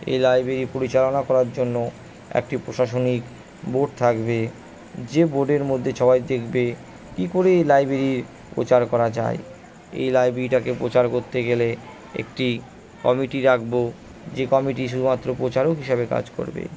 এই লাইব্রেরি পরিচালনা করার জন্য একটি প্রশাসনিক বোর্ড কবে যে বোর্ডের মধ্যে সবাই দেখবে কি করে এই লাইব্রেরির প্রচার করা যায় এই লাইব্রেরিটাকে প্রচার করতে গেলে একটি কমিটি রাখবো যে কমিটি শুধুমাত্র প্রচারক হিসাবে কাজ করবে